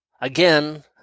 again